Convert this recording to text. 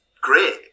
great